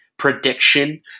Prediction